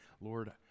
Lord